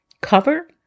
cover